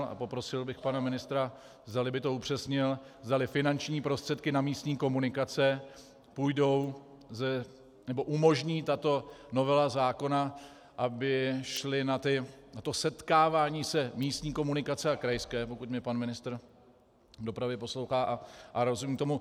A poprosil bych pana ministra, zdali by to upřesnil, zdali finanční prostředky na místní komunikace umožní tato novela zákona, aby šly na setkávání se místní komunikace a krajské, pokud mě pan ministr dopravy poslouchá a rozumím tomu.